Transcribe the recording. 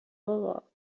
بابا